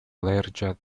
larger